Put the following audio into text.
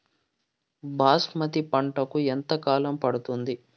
బాస్మతి పంటకు ఎంత కాలం పడుతుంది?